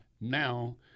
now